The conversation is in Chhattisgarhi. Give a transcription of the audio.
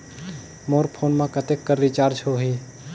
मोर फोन मा कतेक कर रिचार्ज हो ही?